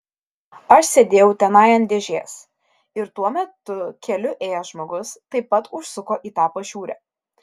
aš sėdėjau tenai ant dėžės ir tuo metu keliu ėjęs žmogus taip pat užsuko į tą pašiūrę